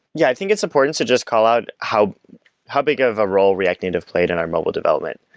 yeah i think it's important to just call out how how big of a role react native played in our mobile development.